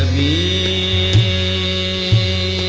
a